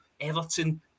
Everton